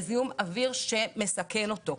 ביממה לזיהום אוויר שמסכן אותו.